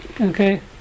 Okay